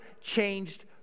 changed